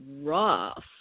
rough